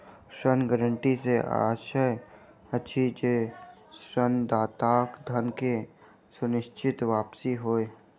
ऋण गारंटी सॅ आशय अछि जे ऋणदाताक धन के सुनिश्चित वापसी होय